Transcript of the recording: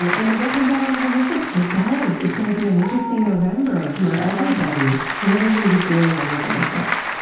um and the book comes out on november sixth. it does. it's going to be an interesting november for everybody. what are you going to be doing on november sixth?